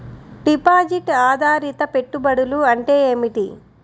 Deposit ఆధారిత పెట్టుబడులు అంటే ఏమిటి?